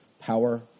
power